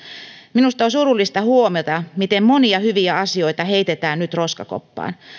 minusta on surullista huomata miten monia hyviä asioita heitetään nyt roskakoppaan